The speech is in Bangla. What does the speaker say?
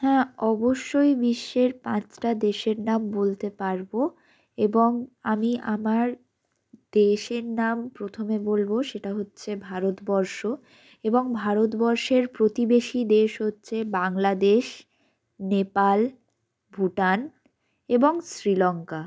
হ্যাঁ অবশ্যই বিশ্বের পাঁচটা দেশের নাম বলতে পারবো এবং আমি আমার দেশের নাম প্রথমে বলবো সেটা হচ্ছে ভারতবর্ষ এবং ভারতবর্ষের প্রতিবেশী দেশ হচ্ছে বাংলাদেশ নেপাল ভুটান এবং শ্রীলংকা